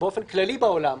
באופן כללי בעולם,